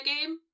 game